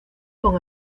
con